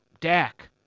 Dak